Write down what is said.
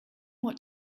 what